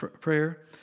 prayer